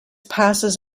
passes